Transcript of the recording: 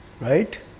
Right